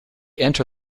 enter